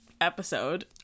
episode